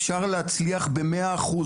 אפשר להצליח במאה אחוז,